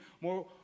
more